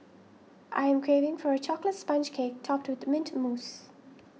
I am craving for a Chocolate Sponge Cake Topped with Mint Mousse